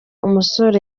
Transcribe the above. umusore